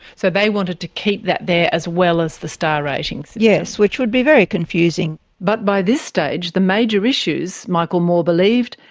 so they wanted to keep that there as well as the star rating system. so yes, which would be very confusing. but by this stage the major issues, michael moore believed,